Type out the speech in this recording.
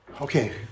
okay